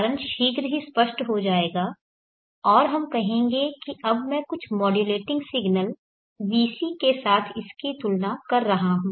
कारण शीघ्र ही स्पष्ट हो जाएगा और हम कहेंगे कि अब मैं कुछ मॉड्यूलेटिंग सिग्नल vc के साथ इसकी तुलना कर रहा हूं